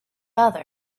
other